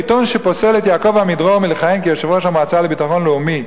עיתון שפוסל את יעקב עמידרור מלכהן כראש המועצה לביטחון לאומי,